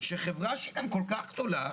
שחברה שהיא כל כך גדולה,